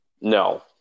No